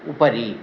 उपरि